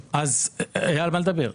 היה על מה לדבר.